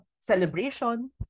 celebration